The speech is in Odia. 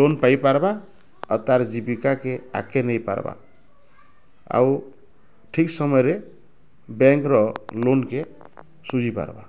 ଲୋନ୍ ପାଇ ପାରବା ଆଉ ତାର ଜୀବିକା କେ ଆଗକେ ନେଇପାରବା ଆଉ ଠିକ୍ ସମୟରେ ବ୍ୟାଙ୍କର ଲୋନ୍ କେ ସୁଝିପାରବା